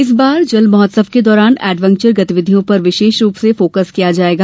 इस बार जल महोत्सव के दौरान एडवेंचर गतिविधियों पर विशेष रूप से फोकस रहेगा